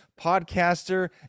podcaster